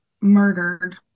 murdered